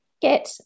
get